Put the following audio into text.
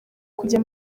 kujya